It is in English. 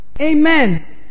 Amen